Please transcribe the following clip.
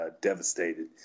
devastated